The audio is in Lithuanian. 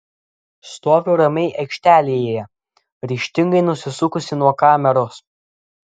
stoviu ramiai aikštelėje ryžtingai nusisukusi nuo kameros